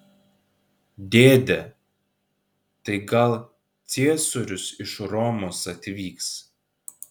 dėde tai gal ciesorius iš romos atvyks